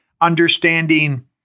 understanding